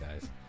guys